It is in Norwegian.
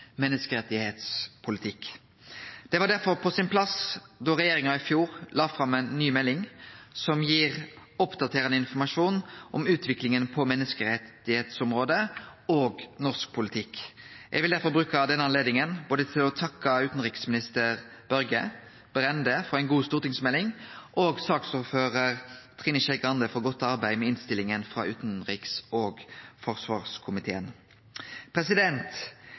menneskerettspolitikk. Det var derfor på sin plass da regjeringa i fjor la fram ei ny melding som gir oppdatert informasjon om utviklinga på menneskerettsområdet og i norsk politikk. Eg vil derfor bruke denne anledninga til å takke både utanriksminister Børge Brende for ei god stortingsmelding og saksordførar Trine Skei Grande for godt arbeid med innstillinga frå utanriks- og